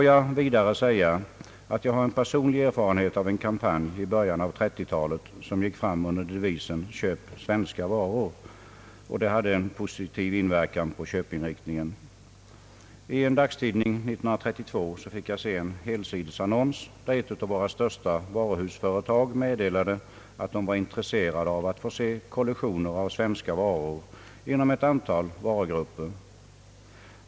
Jag har en personlig erfarenhet av att en kampanj, som i början av 1930-talet gick fram under devisen »Köp svenska varor», hade en positiv inverkan på köpinriktningen. I en dagstidning år 1932 fick jag se en helsidesannons, där ett av våra största varuhusföretag meddelade, att det var intresserat av att se kollektioner av svenska varor inom ett antal varugrupper.